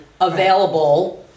available